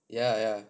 ya ya